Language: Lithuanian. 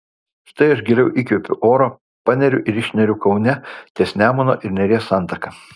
štai aš giliau įkvepiu oro paneriu ir išneriu kaune ties nemuno ir neries santaka